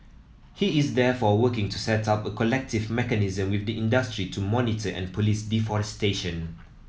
he is therefore working to set up a collective mechanism with the industry to monitor and police deforestation